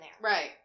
Right